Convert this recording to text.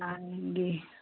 आऊँगी